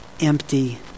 empty